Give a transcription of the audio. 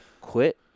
quit